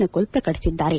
ನಕುಲ್ ಪ್ರಕಟಿಸಿದ್ದಾರೆ